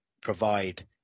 provide